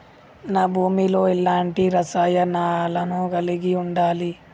నా భూమి లో ఎలాంటి రసాయనాలను కలిగి ఉండాలి?